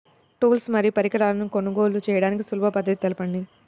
Tools మరియు పరికరాలను కొనుగోలు చేయడానికి సులభ పద్దతి తెలపండి?